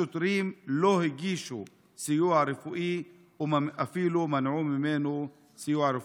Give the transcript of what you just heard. השוטרים לא הגישו סיוע רפואי ואפילו מנעו ממנו סיוע רפואי.